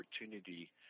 opportunity